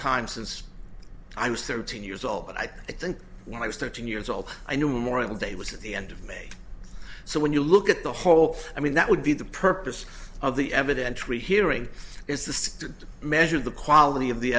time since i was thirteen years old but i think when i was thirteen years old i knew more of the day was the end of may so when you look at the whole i mean that would be the purpose of the evidentiary hearing is the measure the quality of the